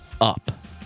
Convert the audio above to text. up